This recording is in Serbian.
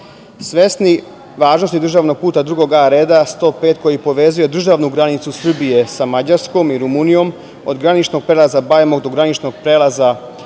važnosti državnog puta II A reda, 105, koji povezuje državnu granicu Srbije sa Mađarskom i Rumunijom, od graničnog prelaza Bajmok do graničnog prelaza Vrbica